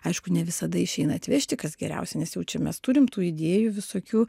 aišku ne visada išeina atvežti kas geriausia nes jau čia mes turim tų idėjų visokių